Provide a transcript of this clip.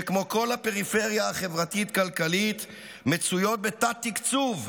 שכמו כל הפריפריה החברתית-כלכלית מצויות בתת-תקצוב,